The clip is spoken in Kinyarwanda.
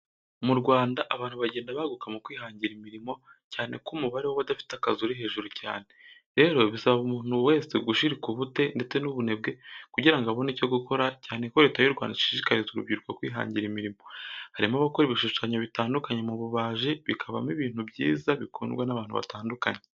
Mu Rwanda abantu bagenda baguka mu kwihangira imirimo, cyane ko umubare w'abadafite akazi uri hejuru cyane. Rero bisaba umuntu wese gushiruka ubute ndetse n'ubunebwe kugira ngo abone icyo gukora cyane ko Leta y'u Rwanda ishishikariza urubyiruko kwihangira imirimo. Harimo abakora ibishushanyo bitandukanye mu bubaji bikavamo ibintu byiza bikundwa n'abantu batandukanye